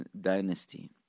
dynasty